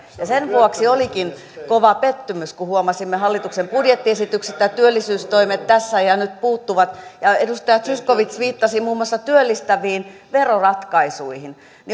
sen vuoksi olikin kova pettymys kun huomasimme hallituksen budjettiesityksestä että työllisyystoimet tässä ja nyt puuttuvat edustaja zyskowicz viittasi muun muassa työllistäviin veroratkaisuihin